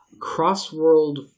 cross-world